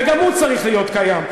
וגם הוא צריך להיות קיים,